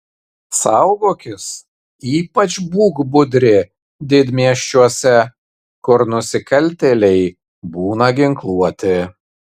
saugokis ypač būk budri didmiesčiuose kur nusikaltėliai būna ginkluoti